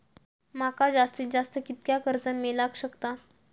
माका जास्तीत जास्त कितक्या कर्ज मेलाक शकता?